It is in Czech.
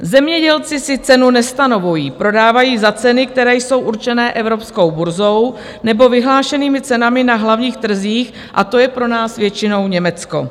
Zemědělci si cenu nestanovují, prodávají za ceny, které jsou určené Evropskou burzou nebo vyhlášenými cenami na hlavních trzích, a to je pro nás většinou Německo.